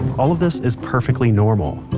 all of this is perfectly normal